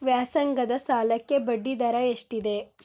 ವ್ಯಾಸಂಗದ ಸಾಲಕ್ಕೆ ಬಡ್ಡಿ ದರ ಎಷ್ಟಿದೆ?